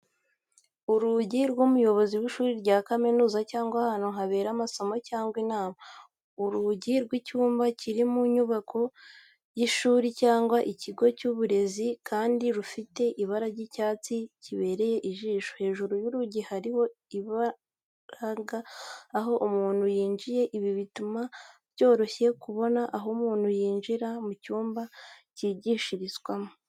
Urugi rw'umuyobozi w'ishuri rya kaminuza cyangwa ahantu habera amasomo cyangwa inama. Urugi rw'icyumba kiri mu nyubako y'ishuri cyangwa ikigo cy'uburezi kandi rufite ibara ry'icyatsi kibereye ijisho. Hejuru y'urugi hariho ibiranga aho umuntu yinjiye, ibi bituma byoroshye kubona aho umuntu yinjira mu cyumba cyigishirizwamo.